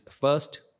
first